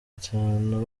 itanu